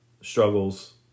struggles